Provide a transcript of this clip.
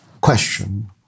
question